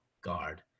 guard